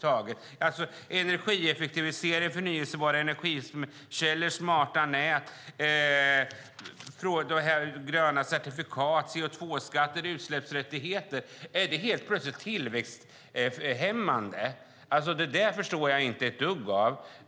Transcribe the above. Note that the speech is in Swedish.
Är energieffektivisering, förnybara energikällor, smarta nät, gröna certifikat, CO2-skatter och utsläppsrätter helt plötsligt tillväxthämmande? Det där förstår jag inte ett dugg av.